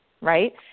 right